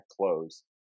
close